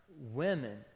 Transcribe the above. Women